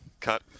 cut